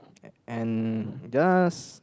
and just